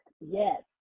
Yes